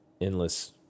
endless